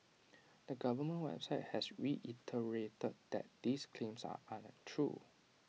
the government website has reiterated that these claims are untrue